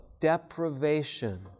Deprivation